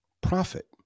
profit